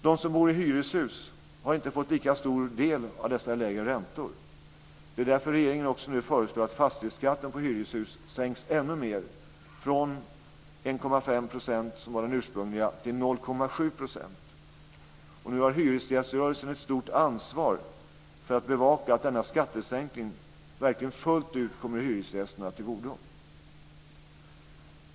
De som bor i hyreshus har inte fått lika stor del av dessa lägre räntor. Det är därför som regeringen nu också föreslår att fastighetsskatten på hyreshus sänks ännu mer. Från 1,5 %, som var den ursprungliga nivån, till 0,7 %. Nu har hyresgäströrelsen ett stort ansvar för att bevaka att den här skattesänkningen verkligen fullt ut kommer hyresgästerna till godo.